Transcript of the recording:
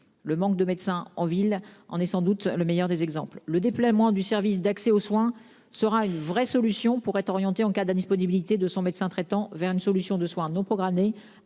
Le manque de médecins en ville, en est sans doute le meilleur des exemples le déploiement du service d'accès aux soins sera une vraie solution pourrait orienter en cas d'indisponibilité de son médecin traitant vers une solution de soins non programmés